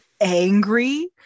angry